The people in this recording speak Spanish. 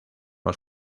los